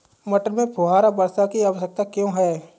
मटर में फुहारा वर्षा की आवश्यकता क्यो है?